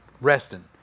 resting